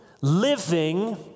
living